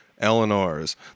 Eleanor's